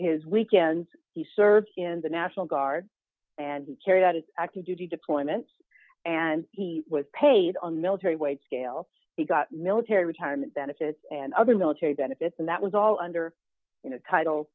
his weekends he served in the national guard and he carried out his active duty deployments and he was paid on military wage scale he got military retirement benefits and other military benefits and that was all under